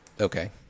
Okay